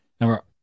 number